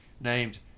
named